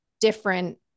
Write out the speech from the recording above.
different